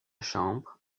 chambre